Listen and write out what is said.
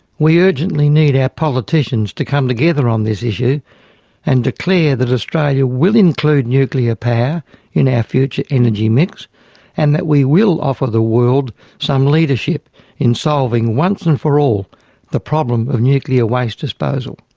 we urgently need our politicians to come together on this issue and declare that australia will include nuclear power in our future energy mix and that we will offer the world some leadership in solving once and for all the problem of nuclear waste disposal.